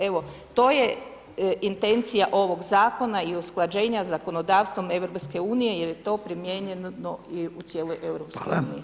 Evo, to je intencija ovog zakona i usklađenja sa zakonodavstvom EU jer je to primijenjeno i u cijeloj EU [[Upadica: Hvala]] Hvala.